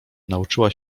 nauczyła